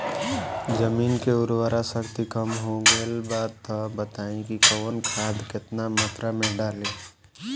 जमीन के उर्वारा शक्ति कम हो गेल बा तऽ बताईं कि कवन खाद केतना मत्रा में डालि?